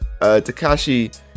Takashi